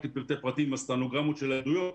לפרטי פרטים עם הסטנוגרמות של העדויות,